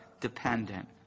dependent